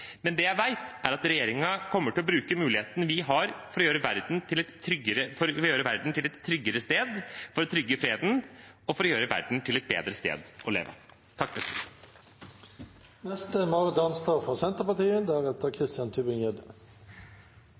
at regjeringen kommer til å bruke muligheten vi har, til å gjøre verden et tryggere sted, til å trygge freden og til å gjøre verden til et bedre sted å leve. Jeg vil også få takke utenriksministeren for